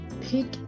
pick